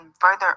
further